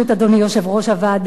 אדוני יושב-ראש הוועדה,